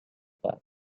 park